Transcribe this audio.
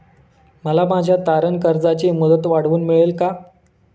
मला माझ्या तारण कर्जाची मुदत वाढवून मिळेल का?